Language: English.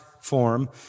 form